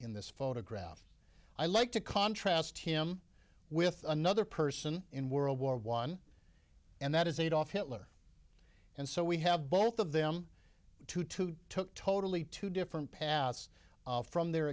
in this photograph i like to contrast him with another person in world war one and that is adolf hitler and so we have both of them to two took totally two different paths from their